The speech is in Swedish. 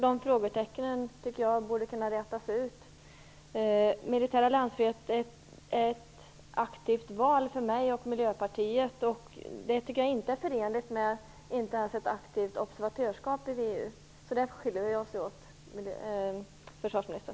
De frågetecknen tycker jag borde kunna rätas ut. Militär alliansfrihet är för mig och Miljöpartiet ett aktivt val. Jag tycker inte att det är förenligt ens med ett aktivt observatörsskap i VEU. Där skiljer vi oss alltså åt, försvarsministern!